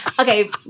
Okay